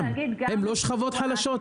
הם לא שכבות חלשות?